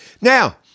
Now